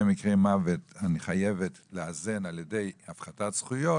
מקרי מוות את חייבת לאזן על ידי הפחתת זכויות